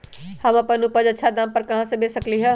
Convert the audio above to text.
हम अपन उपज अच्छा दाम पर कहाँ बेच सकीले ह?